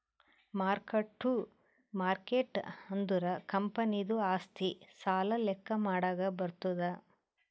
mark to market ಅಂದುರ್ ಕಂಪನಿದು ಆಸ್ತಿ, ಸಾಲ ಲೆಕ್ಕಾ ಮಾಡಾಗ್ ಬರ್ತುದ್